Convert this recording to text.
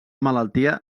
malaltia